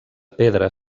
pedra